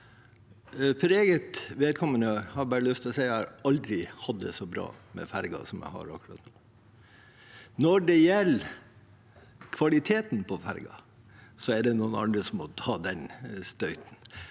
jeg aldri har hatt det så bra med ferger som akkurat nå. Når det gjelder kvaliteten på fergene, er det noen andre som må ta den støyten,